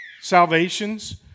salvations